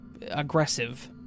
aggressive